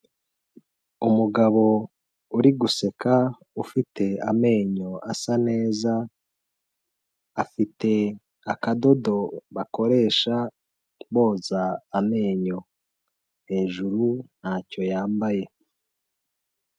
Umugabo uri guseka, ufite amenyo asa neza, afite akadodo bakoresha boza amenyo. Hejuru, ntacyo yambaye.